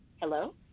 Hello